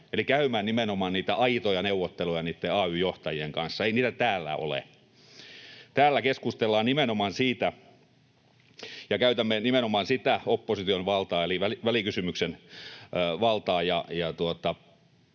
käymään nimenomaan niitä aitoja neuvotteluja niitten ay-johtajien kanssa, ei heitä täällä ole. Täällä käytämme nimenomaan sitä opposition valtaa eli välikysymyksen valtaa.